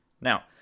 Now